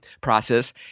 process